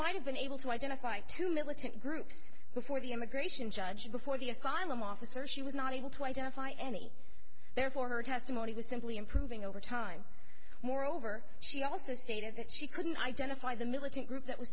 might have been able to identify two militant groups before the immigration judge before the asylum officer she was not able to identify any therefore her testimony was simply improving over time moreover she also stated that she couldn't identify the militant group that w